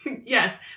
yes